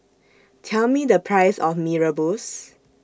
Tell Me The Price of Mee Rebus